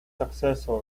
successor